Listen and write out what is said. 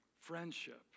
friendship